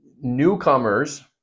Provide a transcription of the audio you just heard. newcomers